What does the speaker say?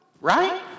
right